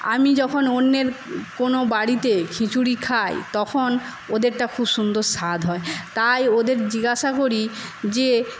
আমি যখন অন্যের কোনো বাড়িতে খিচুড়ি খাই তখন ওদেরটা খুব সুন্দর স্বাদ হয় তাই ওদের জিজ্ঞাসা করি যে